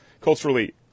culturally